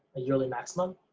a yearly maximum.